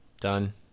Done